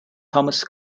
thomas